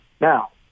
Now